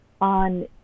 on